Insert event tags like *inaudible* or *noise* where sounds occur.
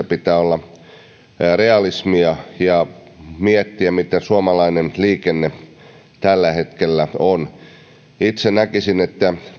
*unintelligible* pitää olla realismia ja pitää miettiä mitä suomalainen liikenne tällä hetkellä on itse näkisin että